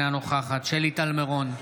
אינה נוכחת שלי טל מירון,